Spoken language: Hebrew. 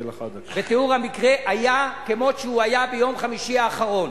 ותיאור המקרה היה כמות שהוא היה ביום חמישי האחרון,